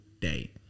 day